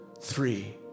three